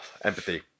empathy